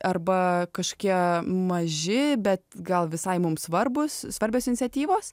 arba kažkokie maži bet gal visai mums svarbūs svarbios iniciatyvos